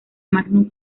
magnus